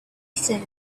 said